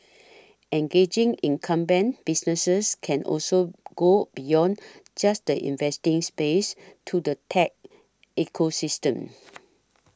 engaging incumbent businesses can also go beyond just the investing space to the tech ecosystem